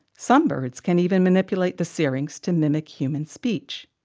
some birds can even manipulate the syrinx to mimic human speech.